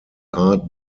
art